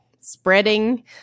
spreading